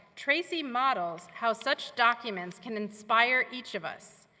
tracy models how such documents can inspire each of us.